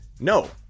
no